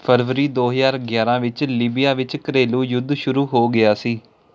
ਫ਼ਰਵਰੀ ਦੋ ਹਜ਼ਾਰ ਗਿਆਰ੍ਹਾਂ ਵਿੱਚ ਲੀਬੀਆ ਵਿੱਚ ਘਰੇਲੂ ਯੁੱਧ ਸ਼ੁਰੂ ਹੋ ਗਿਆ ਸੀ